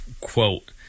quote